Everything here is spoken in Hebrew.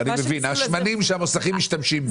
אני מדבר על השמנים שהמוסכים משתמשים בהם.